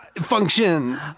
function